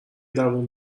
دووم